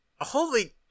Holy